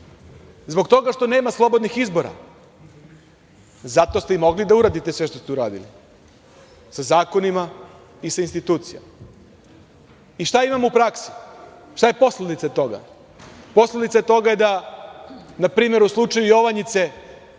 Zbog toga što nema slobodnih izbora, zato ste i mogli da uradite sve što ste uradili sa zakonima i sa institucijama. I šta imamo u praksi, šta je posledica toga? Posledica je toga da na primeru slučaja Jovanjice